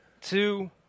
two